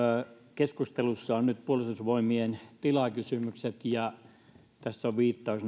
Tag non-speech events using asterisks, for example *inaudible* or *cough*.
keskustelussa ovat nyt puolustusvoimien tilakysymykset ja tässä on viittaus *unintelligible*